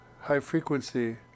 high-frequency